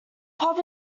pub